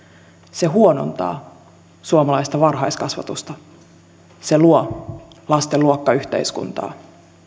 se huonontaa suomalaista varhaiskasvatusta se luo lasten luokkayhteiskuntaa